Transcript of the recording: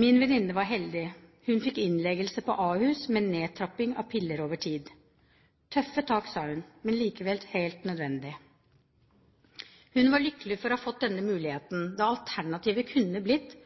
Min venninne var heldig. Hun fikk innleggelse på Ahus med nedtrapping av piller over tid – tøffe tak, sa hun, men likevel helt nødvendig. Hun var lykkelig for å ha fått denne muligheten, da alternativet kunne blitt